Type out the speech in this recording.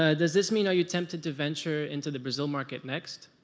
ah does this mean are you tempted to venture into the brazil market next?